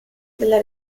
della